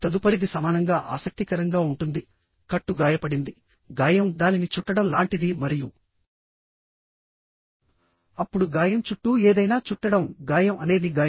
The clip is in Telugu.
తదుపరిది సమానంగా ఆసక్తికరంగా ఉంటుంది కట్టు గాయపడింది గాయం దానిని చుట్టడం లాంటిది మరియు అప్పుడు గాయం చుట్టూ ఏదైనా చుట్టడం గాయం అనేది గాయం